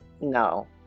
No